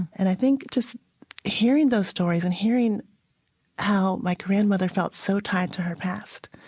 and i think just hearing those stories and hearing how my grandmother felt so tied to her past,